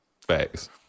Facts